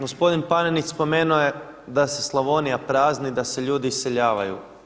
Gospodin Panenić spomenuo je da se Slavonija prazni, da se ljudi iseljavaju.